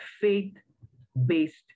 faith-based